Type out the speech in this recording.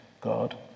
God